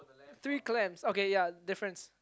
three clams okay ya difference